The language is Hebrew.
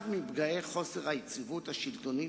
אחד מפגעי חוסר היציבות השלטונית